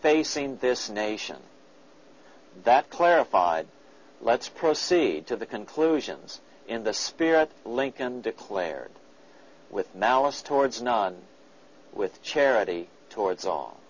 facing this nation that clarified let's proceed to the conclusions in the spirit lincoln declared with malice towards none with charity towards all